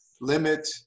limit